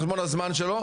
על חשבון הזמן שלו,